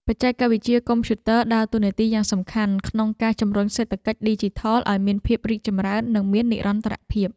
បច្ចេកវិទ្យាកុំព្យូទ័រដើរតួនាទីយ៉ាងសំខាន់ក្នុងការជំរុញសេដ្ឋកិច្ចឌីជីថលឱ្យមានភាពរីកចម្រើន និងមាននិរន្តរភាព។